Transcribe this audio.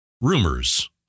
Rumors